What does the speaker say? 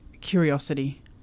curiosity